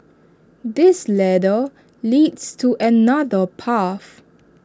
this ladder leads to another path